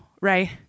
right